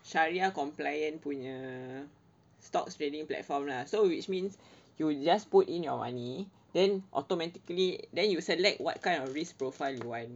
syariah compliant punya stocks trading platform lah so which means you just put in your money then automatically then you select what kind of risk profile you want